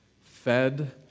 fed